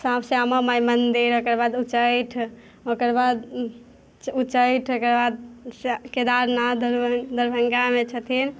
साफ श्यामा माइ मन्दिर ओकर बाद उच्चैठ ओकर बाद उच्चैठ ओकर बाद श केदारनाथ दरभ दरभङ्गामे छथिन